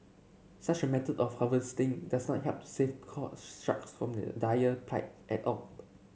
such a method of harvesting does not help to save sharks from their dire plight at all